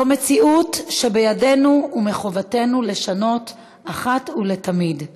זו מציאות שבידינו ומחובתנו לשנות אחת ולתמיד.